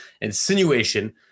insinuation